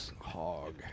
hog